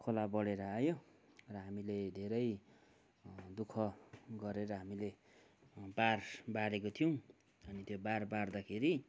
खोला बढेर आयो र हामीले धेरै दु ख गरेर हामीले बार बारेको थियौँ अनि त्यो बार बार्दाखेरि